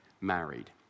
married